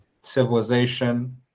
civilization